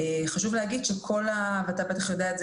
חשוב להגיד ואתה בטח יודע את זה